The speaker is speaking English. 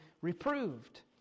reproved